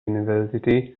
university